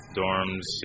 dorms